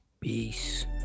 peace